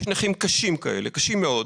יש נכים קשים כאלה, קשים מאוד,